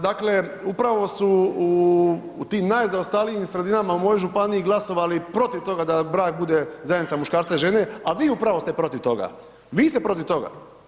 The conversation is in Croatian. Dakle, upravo su u tim najzaostalijim sredinama, u mojoj županiji glasovali protiv toga da brak bude zajednica muškarca i žene, a vi upravo ste protiv toga, vi ste protiv toga.